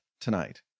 tonight